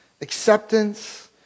acceptance